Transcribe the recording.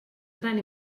gran